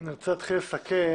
אני רוצה להתחיל לסכם.